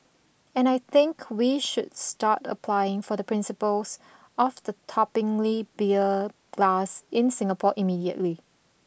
and I think we should start applying for the principles of the toppling beer glass in Singapore immediately